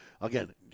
again